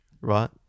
Right